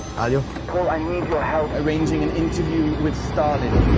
ah you know i need your help arranging an interview with stalin.